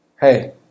Hey